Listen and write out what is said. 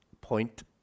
point